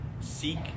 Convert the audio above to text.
Seek